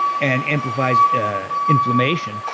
and amplifies inflammation,